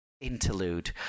interlude